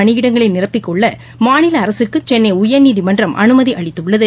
பணியிடங்களைநிரப்பிக்கொள்ளமாநிலஅரசுக்குசென்னைஉயர்நீதிமன்றம் அனுமதிஅளித்துள்ளது